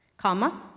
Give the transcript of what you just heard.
comma,